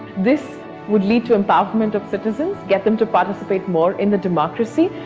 this would lead to empowerment of citizens, get them to participate more in the democracy,